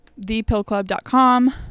Thepillclub.com